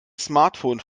smartphone